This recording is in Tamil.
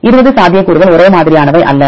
20 சாத்தியக்கூறுகள் ஒரே மாதிரியானவை அல்ல